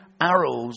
arrows